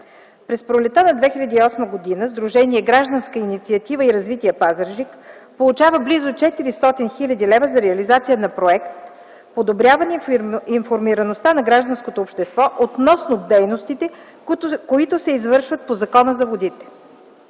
развитие Пазарджик” получава близо 400 хил. лв. за реализация на проект „Подобряване информираността на гражданското общество относно дейностите, които се извършват по Закона за водите”.